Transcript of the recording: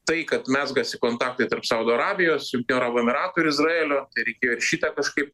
tai kad mezgasi kontaktai tarp saudo arabijos jungtinių arabų emyratų ir izraelio tai reikėjo šitą kažkaip